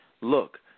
Look